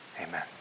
amen